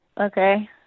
Okay